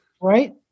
Right